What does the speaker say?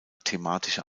thematische